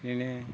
बिदिनो